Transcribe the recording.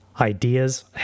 Ideas